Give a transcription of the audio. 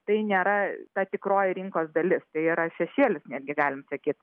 tai nėra ta tikroji rinkos dalis tai yra šešėlis netgi galim sakyt